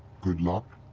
good luck,